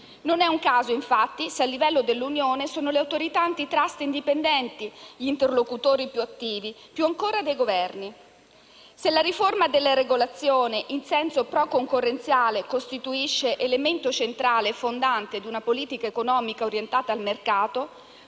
Non è un caso, infatti, se a livello di Unione europea sono le autorità *antitrust* indipendenti gli interlocutori più attivi, più ancora dei Governi. Se la riforma della regolazione in senso pro-concorrenziale costituisce elemento centrale e fondante di una politica economica orientata al mercato,